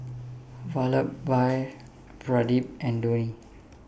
Vallabhbhai Pradip and Dhoni